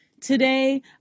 today